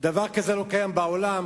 דבר כזה לא קיים בעולם.